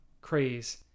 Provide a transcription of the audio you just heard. craze